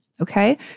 okay